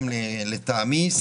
לטעמי,